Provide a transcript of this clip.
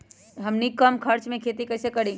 हमनी कम खर्च मे खेती कई से करी?